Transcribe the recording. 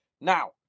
Now